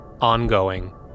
ongoing